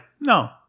no